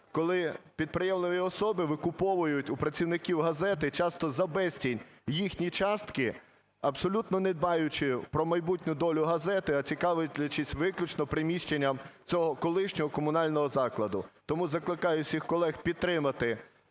Коли підприємливі особи викуповують у працівників газети часто за безцінь їхні частки, абсолютно не дбаючи про майбутню долю газети, а цікавлячись виключно приміщенням цього колишнього комунального закладу. Тому закликаю всіх колег підтримати